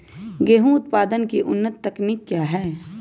गेंहू उत्पादन की उन्नत तकनीक क्या है?